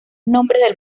nombres